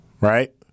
right